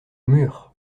murs